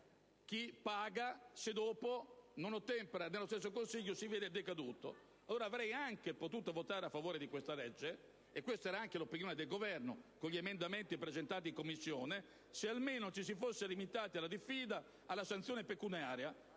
chi paga quando poi, se non ottempera, nello stesso consiglio si vede decaduto. Avrei anche potuto votare a favore di questa legge - e questa era anche opinione del Governo, considerati gli emendamenti presentati in Commissione - se ci si fosse limitati alla diffida e alla sanzione pecuniaria.